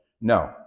No